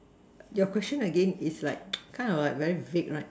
your question again is like kind of like very vague right